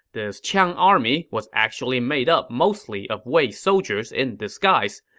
this qiang army was actually made up mostly of wei soldiers in disguise,